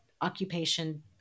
occupation